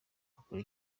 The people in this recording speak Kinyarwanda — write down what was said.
akora